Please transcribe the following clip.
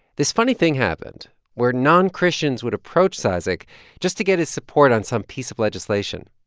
this funny thing happened where non-christians would approach cizik just to get his support on some piece of legislation.